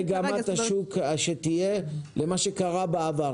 מגמת השוק שתהיה, לעומת מה שקרה בעבר.